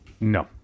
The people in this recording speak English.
No